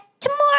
tomorrow